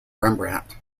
rembrandt